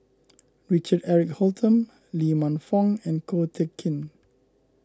Richard Eric Holttum Lee Man Fong and Ko Teck Kin